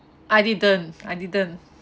I didn't I didn't